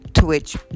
Twitch